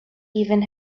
even